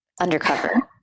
undercover